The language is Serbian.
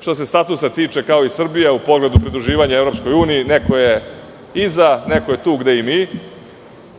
što se statusa tiče kao i Srbija u pogledu pridruživanja EU, neko je iza neko je tu gde i mi,